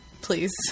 Please